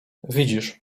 widzisz